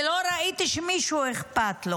ולא ראיתי שלמישהו אכפת.